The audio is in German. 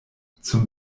zum